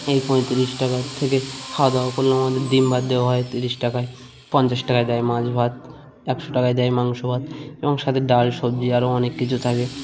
এই পঁয়ত্রিশ টাকার থেকে খাওয়া দাওয়া করলে আমাদের ডিম ভাত দেওয়া হয় তিরিশ টাকায় পঞ্চাশ টাকায় দেয় মাছ ভাত একশো টাকায় দেয় মাংস ভাত এবং সাথে ডাল সবজি আরও অনেক কিছু থাকে